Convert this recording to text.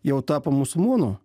jau tapo musulmonu